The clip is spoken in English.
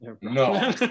No